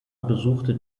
besuchte